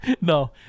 No